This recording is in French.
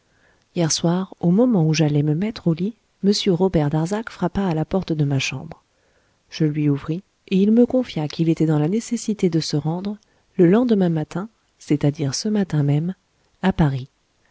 hier soir au moment où j'allais me mettre au lit m robert darzac frappa à la porte de ma chambre je lui ouvris et il me confia qu'il était dans la nécessité de se rendre le lendemain matin c'est-à-dire ce matin même à paris